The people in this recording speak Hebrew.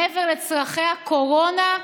מעבר לצורכי הקורונה,